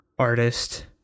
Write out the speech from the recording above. artist